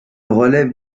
relèvent